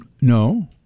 no